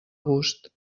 gust